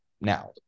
now